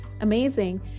amazing